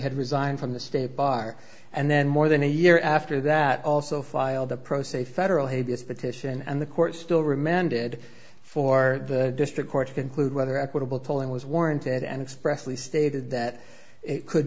had resigned from the state bar and then more than a year after that also filed the pro se federal habeas petition and the court still remanded for the district court to conclude whether equitable polling was warranted and expressly stated that it could